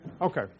Okay